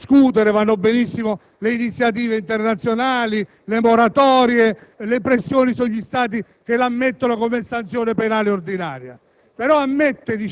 Il punto è che la nostra Costituzione prevede un'eccezione al divieto costituzionale dell'ammissibilità della pena di morte.